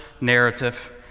narrative